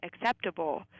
acceptable